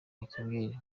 nucleaire